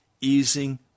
easing